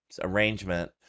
arrangement